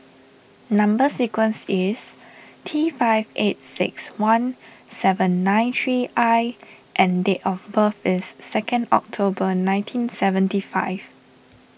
Number Sequence is T five eight six one seven nine three I and date of birth is second October nineteen seventy five